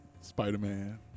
Spider-Man